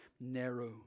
narrow